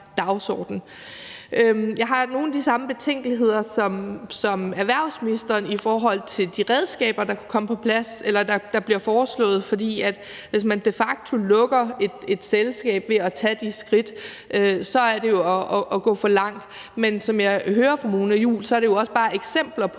Jeg har nogle af de samme betænkeligheder som erhvervsministeren i forhold til de redskaber, der bliver foreslået, for hvis man de facto lukker et selskab ved at tage de skridt, er det jo at gå for langt. Men som jeg hører fru Mona Juul, er det jo også bare eksempler på